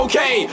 Okay